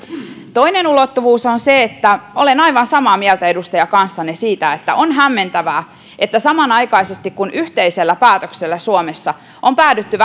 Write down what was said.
toinen ulottuvuus on on se että olen aivan samaa mieltä edustaja kanssanne siitä että on hämmentävää että kun samanaikaisesti yhteisellä päätöksellä suomessa on päädytty